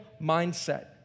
mindset